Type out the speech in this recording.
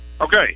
Okay